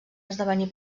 esdevenir